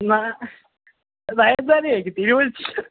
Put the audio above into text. എന്നാൽ നയൻതാരയായിരിക്കും തീരുമാനിച്ചത്